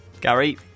Gary